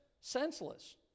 senseless